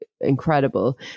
incredible